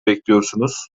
bekliyorsunuz